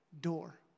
door